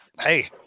hey